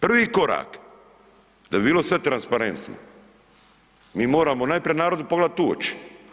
Prvi korak da bi bilo sve transparentno, mi moramo najprije narodu pogledat u oči.